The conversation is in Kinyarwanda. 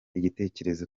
igitekerezo